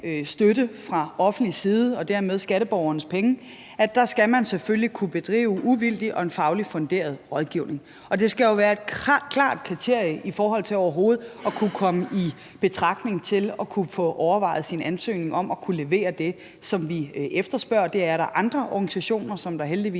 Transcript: støtte fra offentlig side og dermed får skatteborgernes penge, selvfølgelig skal kunne bedrive uvildig og en fagligt funderet rådgivning, og det skal jo være et klart kriterie i forhold til overhovedet at kunne komme i betragtning til at få overvejet sin ansøgning om at levere det, som vi efterspørger. Det er der andre organisationer der heldigvis